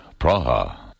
Praha